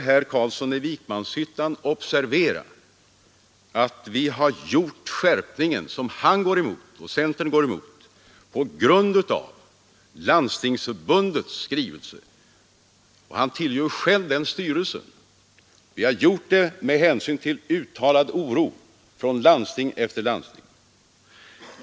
Herr Carlsson i Vikmanshyttan bör observera att vi har gjort den skärpning som han och centern går emot på grund av Landstingsförbundets remissyttrande. Han tillhör själv dess styrelse. Vi har gjort det med hänsyn till uttalad oro från landsting efter landsting.